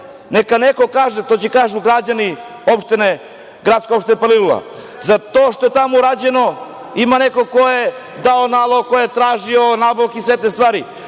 neka neko kaže, to će da kažu građani opštine gradske opštine Palilula, za to što je tamo urađeno ima neko ko je dao nalog, ko je tražio nabavke i sve te stvari.